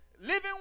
living